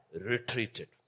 retreated